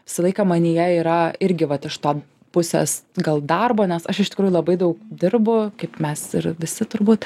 visą laiką manyje yra irgi vat iš to pusės gal darbo nes aš iš tikrųjų labai daug dirbu kaip mes ir visi turbūt